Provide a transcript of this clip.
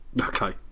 Okay